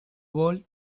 world